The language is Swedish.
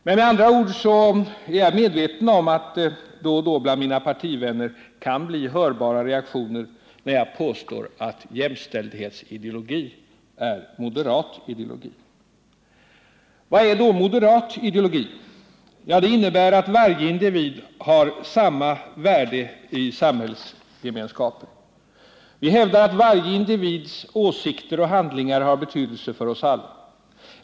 Med andra ord är jag medveten om att det då och då bland mina partivänner kan bli hörbara reaktioner när jag påstår att jämställdhetsideologi är moderat ideologi. Vad är då moderat ideologi? Jo, det innebär att varje individ har samma värde i samhällsgemenskapen. Vi hävdar att varje individs åsikter och handlingar har betydelse för oss alla.